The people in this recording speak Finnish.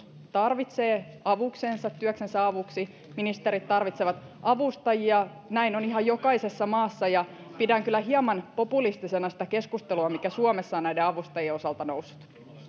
tarvitsee avuksensa työnsä avuksi ministerit tarvitsevat avustajia näin on ihan jokaisessa maassa ja pidän kyllä hieman populistisena sitä keskustelua mikä suomessa on näiden avustajien osalta noussut